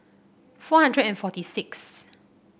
four hundred and forty sixth